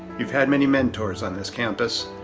you've had many mentors on this campus.